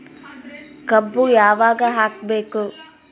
ಕಬ್ಬು ಯಾವಾಗ ಹಾಕಬೇಕು?